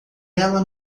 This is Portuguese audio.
ela